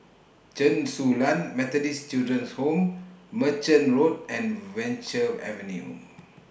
Chen Su Lan Methodist Children's Home Merchant Road and Venture Avenue